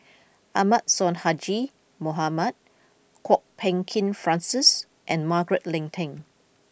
Ahmad Sonhadji Mohamad Kwok Peng Kin Francis and Margaret Leng Tan